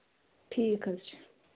ٹھیٖک حظ چھُ